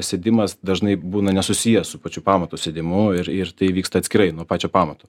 sėdimas dažnai būna nesusijęs su pačiu pamato sėdimu ir ir tai vyksta atskirai nuo pačio pamato